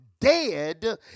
dead